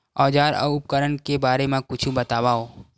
औजार अउ उपकरण के बारे मा कुछु बतावव?